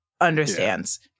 understands